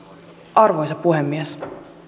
arvoisa puhemies